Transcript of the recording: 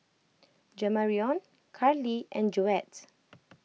Jamarion Karlee and Joette